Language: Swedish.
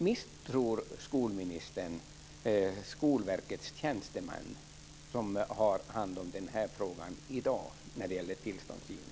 Misstror skolministern Skolverkets tjänstemän, som i dag har hand om tillståndsgivningen?